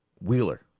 Wheeler